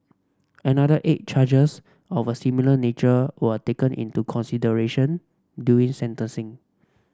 another eight charges of a similar nature were taken into consideration during sentencing